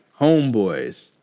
homeboys